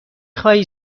خواهی